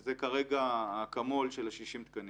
זה כרגע האקמול של 60 התקנים.